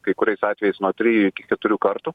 kai kuriais atvejais nuo trijų iki keturių kartų